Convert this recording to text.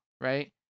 right